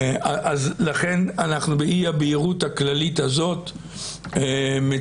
אז לכן אנחנו באי הבהירות הכללית הזאת מצויים.